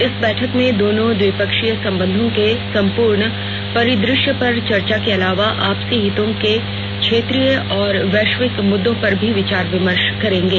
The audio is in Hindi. इस बैठक में दोनों नेता द्विपक्षीय संबंधों के संपूर्ण परिदृश्य पर चर्चा के अलावा आपसी हितों के क्षेत्रीय और वैश्विक मुद्दों पर भी विचार विमर्श करेंगे